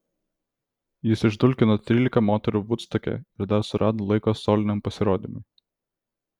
jis išdulkino trylika moterų vudstoke ir dar surado laiko soliniam pasirodymui